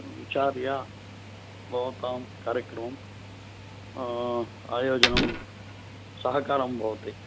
विचार्य भवतां कार्यक्रमम् आयोजनं सहकारं भवति